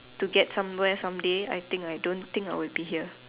to get somewhere someday I think I don't think I will be here